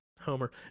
homer